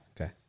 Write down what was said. Okay